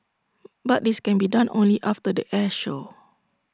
but this can be done only after the air show